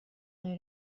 غیر